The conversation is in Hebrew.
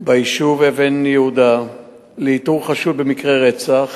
ביישוב אבן-יהודה לאיתור חשוד ברצח,